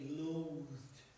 loathed